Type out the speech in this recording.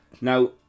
Now